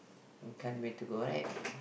can't wait to go right